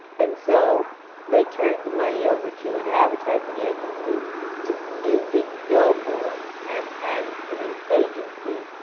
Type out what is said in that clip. and so they turned the money over to an advertising agency to do big billboards, and and the agency,